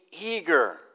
eager